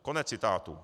Konec citátu.